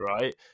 right